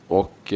och